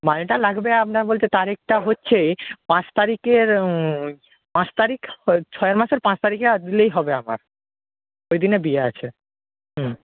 মালটা লাগবে আপনার বলতে তারিখটা হচ্ছে পাঁচ তারিখের পাঁচ তারিখ ছয় মাসের পাঁচ তারিখে আসলেই হবে আমার ওই দিনে বিয়ে আছে